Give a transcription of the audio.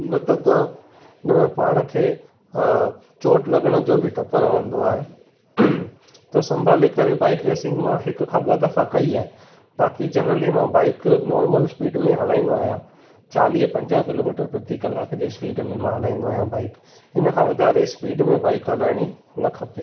न त त इन में पाण खे चोट लॻण जो बि डपु रहंदो आहे संभाले करे बाइक रेसिंग मां हिकु खां ॿ दफ़ा कई आहे बाक़ी जनरली मां बाइक नॉर्मल स्पीड में हलाईंदो आहियां चालीह पंजाह किलोमीटर प्रति कलाक जे स्पीड में मां हलाईंदो आहियां बाइक इन खां वधारे स्पीड में बाइक हलाइणी न खपे